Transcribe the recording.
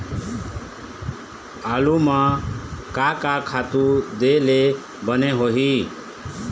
आलू म का का खातू दे ले बने होही?